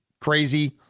crazy